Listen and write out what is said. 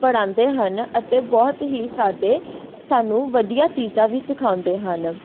ਪੜ੍ਹਾਉਂਦੇ ਹਨ ਅਤੇ ਬਹੁਤ ਹੀ ਸਾਡੇ ਸਾਨੂੰ ਵਧੀਆ ਚੀਜ਼ਾਂ ਵੀ ਸਿਖਾਉਂਦੇ ਹਨ